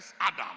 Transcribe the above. Adam